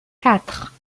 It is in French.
quatre